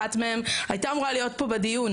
אחת מהן הייתה אמורה להיות פה בדיון,